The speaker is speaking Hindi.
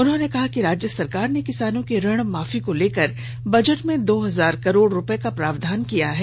उन्होंने कहा कि राज्य सरकार ने किसानों की ऋण माफी को लेकर बजट में दो हजार करोड़ रुपए का प्रावधान किया है